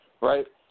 Right